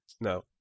No